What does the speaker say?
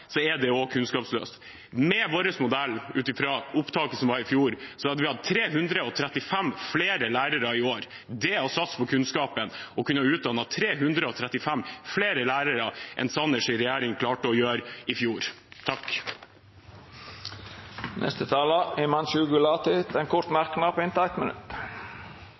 er det også kunnskapsløst. Med vår modell hadde vi, ut fra opptaket som var i fjor, hatt 335 flere lærere i år. Å kunne ha utdannet 335 flere lærere enn Sanners regjering klarte å gjøre i fjor, er å satse på kunnskap. Representanten Himanshu Gulati